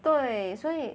对所以